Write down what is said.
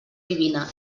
divina